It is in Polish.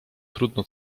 trudno